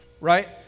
right